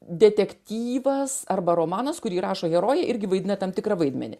detektyvas arba romanas kurį rašo herojai irgi vaidina tam tikrą vaidmenį